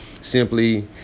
Simply